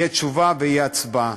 תהיה תשובה ותהיה הצבעה.